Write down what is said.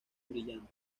brillante